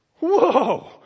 Whoa